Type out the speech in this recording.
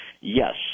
yes